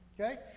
Okay